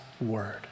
word